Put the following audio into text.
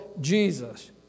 Jesus